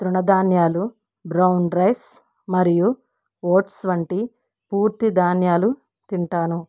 తృణధాన్యాలు brown rice మరియు oats వంటి పూర్తి ధాన్యాలు తింటాను